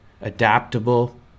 adaptable